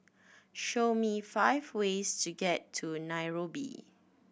show me five ways to get to Nairobi